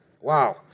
Wow